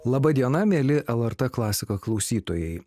laba diena mieli lrt klasika klausytojai